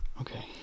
Okay